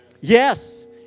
Yes